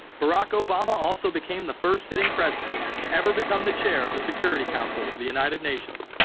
barack obama also became the first sitting president to ever become the chair of the security council for the united nations,